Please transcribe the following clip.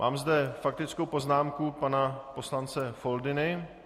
Mám zde faktickou poznámku pana poslance Foldyny.